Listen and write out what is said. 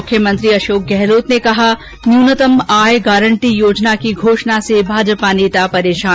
मुख्यमंत्री अशोक गहलोत ने कहा कि न्यूनतम आय गारंटी योजना की घोषणा से भाजपा नेता परेशान